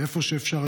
ואיפה שאפשר,